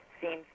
seems